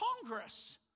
Congress